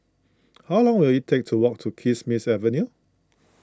how long will it take to walk to Kismis Avenue